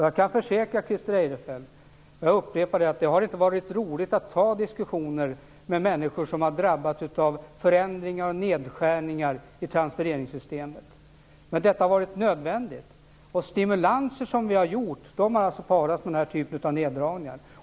Jag kan försäkra Christer Eirefelt - jag upprepar det - att det inte har varit roligt att ta diskussioner med människor som har drabbats av förändringar och nedskärningar i transfereringssystemet. Men detta har varit nödvändigt. Stimulanser som vi har gjort har alltså parats med den här typen av neddragningar.